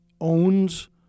owns